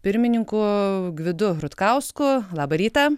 pirmininku gvidu rutkausku labą rytą